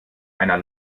einer